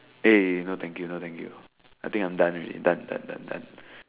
eh no thank you no thank you I think I'm done already done done done done